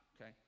Okay